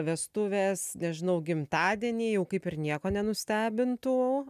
vestuvės nežinau gimtadieniai jau kaip ir nieko nenustebintų